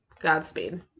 Godspeed